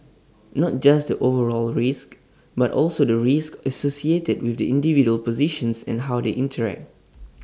not just the overall risk but also the risk associated with the individual positions and how they interact